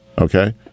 okay